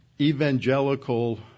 evangelical